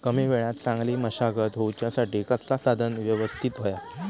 कमी वेळात चांगली मशागत होऊच्यासाठी कसला साधन यवस्तित होया?